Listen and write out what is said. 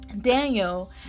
Daniel